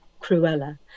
Cruella